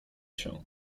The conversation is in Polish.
się